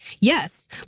yes